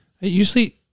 Usually